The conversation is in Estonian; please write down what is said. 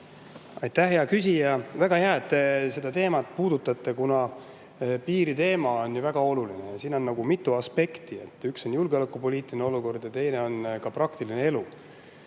Aitäh, hea küsija! Väga hea, et te seda teemat puudutate, piiriteema on ju väga oluline. Siin on mitu aspekti: üks on julgeolekupoliitiline olukord ja teine on praktiline elu.